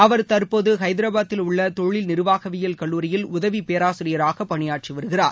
அவர் தற்போது ஹைதராபாத்தில் உள்ள தொழில் நிர்வாகவியல் கல்லூரியில் உதவி பேராசிரியராக பணியாற்றி வருகிறார்